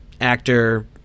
actor